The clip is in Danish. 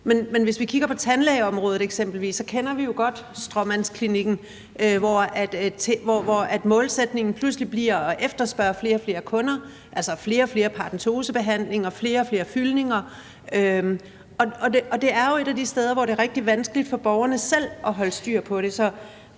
Hvis vi kigger på tandlægeområdet eksempelvis, kender vi jo godt stråmandsklinikken, hvor målsætningen pludselig bliver at efterspørge flere og flere kunder – altså flere og flere paradentosebehandlinger, flere og flere fyldninger. Og det er jo et af de steder, hvor det er rigtig vanskeligt for borgerne selv at holde styr på det.